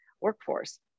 workforce